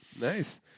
Nice